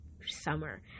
summer